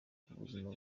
ubuzima